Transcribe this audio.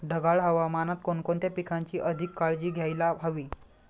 ढगाळ हवामानात कोणकोणत्या पिकांची अधिक काळजी घ्यायला हवी?